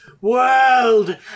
world